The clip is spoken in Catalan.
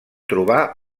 trobar